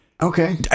Okay